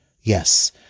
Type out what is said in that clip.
Yes